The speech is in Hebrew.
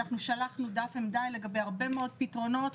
אבל אנחנו שלחנו דף עמדה לגבי הרבה מאוד פתרונות,